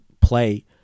play